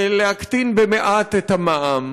ולהקטין במעט את המע"מ,